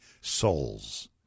souls